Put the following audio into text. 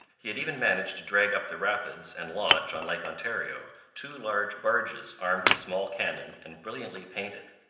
he had even managed to drag up the rapids and launch on lake ontario two large barges armed with small cannon and brilliantly painted.